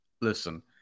Listen